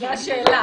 זו השאלה.